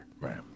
Right